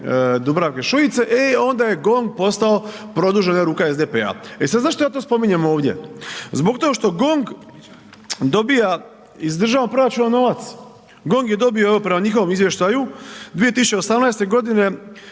Dubravke Šuiće e onda je GONG postao produžena ruka SDP-a. E sada zašto ja to spominjem ovdje? Zbog toga što GONG dobiva iz državnog proračuna novac. GONG je dobio evo prema njihovom izvještaju 2018. godine